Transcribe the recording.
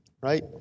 right